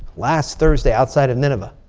last thursday, outside of nineveh.